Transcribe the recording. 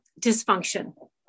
Dysfunction